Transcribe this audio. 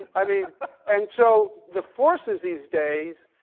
i mean and so, the forces these days,